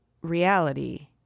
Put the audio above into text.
reality